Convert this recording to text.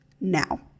now